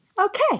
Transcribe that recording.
okay